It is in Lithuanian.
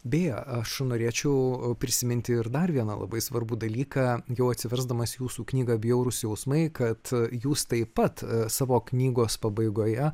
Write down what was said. beje aš norėčiau prisiminti ir dar vieną labai svarbų dalyką jau atsiversdamas jūsų knygą bjaurūs jausmai kad jūs taip pat savo knygos pabaigoje